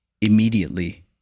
immediately